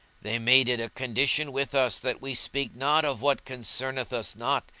they made it a condition with us that we speak not of what concerneth us not,